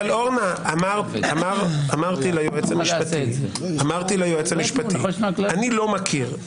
אורנה, אמרתי ליועץ המשפטי שאני לא מכיר.